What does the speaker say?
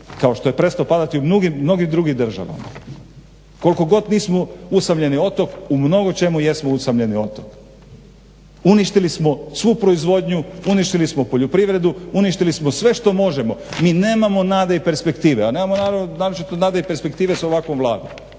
kao što je prestao padati u mnogim drugim državama. Koliko god nismo usamljeni otok, u mnogočemu jesmo usamljeni otok. Uništili smo svu proizvodnju, uništili smo poljoprivredu, uništili smo sve što možemo. Mi nemamo nade i perspektive, a nemamo naročito nade i perspektive s ovakvom vladom